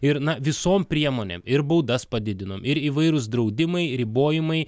ir na visom priemonėm ir baudas padidinom ir įvairūs draudimai ribojimai